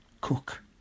cook